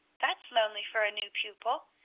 that's lonely for a new pupil.